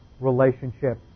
relationship